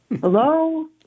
Hello